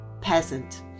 Peasant